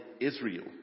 Israel